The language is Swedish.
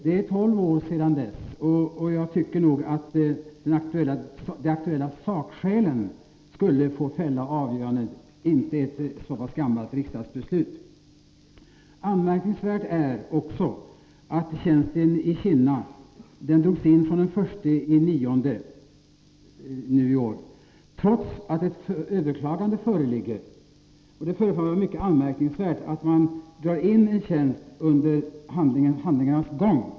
Det är tolv år sedan dess, och jag tycker att de aktuella sakskälen borde få fälla avgörandet — inte ett så pass gammalt riksdagsbeslut. Anmärkningsvärt är också att tjänsten i Kinna drogs in den 1 september i år, trots att ett överklagande föreligger. Det är mycket anmärkningsvärt att man drar in en tjänst medan handläggningen pågår.